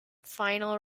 final